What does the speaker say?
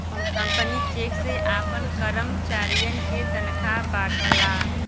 company cheque से आपन करमचारियन के तनखा बांटला